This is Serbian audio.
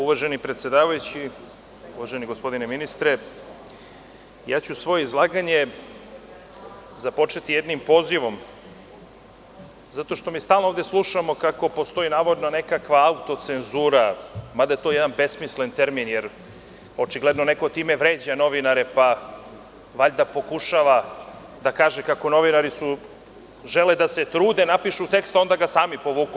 Uvaženi predsedavajući, uvaženi gospodine ministre, svoje izlaganje ću započeti jednim pozivom, zato što mi stalno ovde slušamo kako postoji navodno nekakva auto cenzura, mada je to jedan besmislen termin, jer očigledno neko time vređa novinare, pa valjda pokušava da kaže kako novinari žele da se trude da napišu tekst, a onda ga sami povuku.